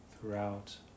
throughout